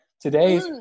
Today